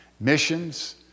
Missions